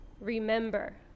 remember